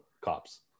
cops